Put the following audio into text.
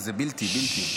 זה בלתי, בלתי.